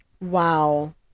Wow